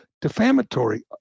defamatory